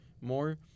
more